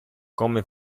come